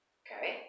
okay